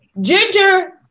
Ginger